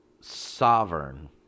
sovereign